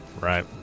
right